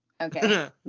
Okay